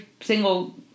single